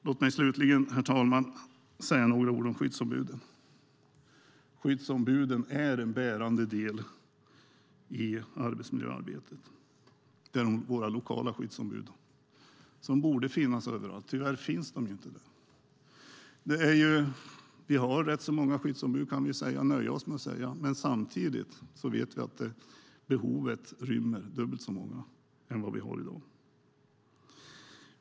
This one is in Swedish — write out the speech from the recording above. Låt mig slutligen, herr talman, säga några ord om skyddsombuden. Våra lokala skyddsombud är en bärande del i arbetsmiljöarbetet. De borde finnas överallt, men de finns tyvärr inte överallt. Vi kan nöja oss med att säga att vi har rätt många skyddsombud, men samtidigt vet vi att det finns ett behov av dubbelt så många som i dag.